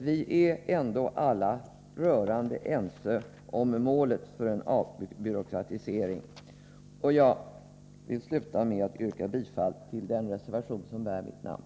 Vi är ändå alla rörande ense om målet för en avbyråkratisering på det statliga området. Jag vill till slut yrka bifall till den reservation som bär mitt namn.